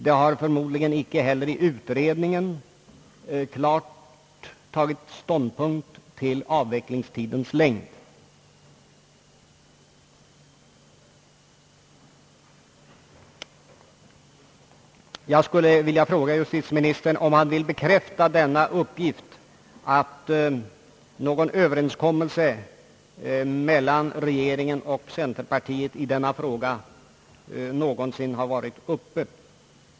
Det har förmodligen icke heller i utredningen klart tagits ståndpunkt till avvecklingstidens längd. Jag skulle vilja fråga justitieministern, om han vill bekräfta uppgiften att någon överenskommelse mellan regeringen och centerpartiet i denna fråga aldrig någonsin har träffats.